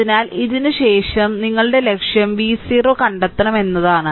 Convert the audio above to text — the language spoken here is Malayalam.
അതിനാൽ ഇതിനുശേഷം ഞങ്ങളുടെ ലക്ഷ്യം v 0 കണ്ടെത്തണം എന്നതാണ്